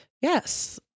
Yes